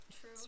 true